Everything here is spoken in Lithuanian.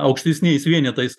aukštesniais vienetais